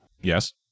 yes